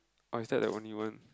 or is that the only one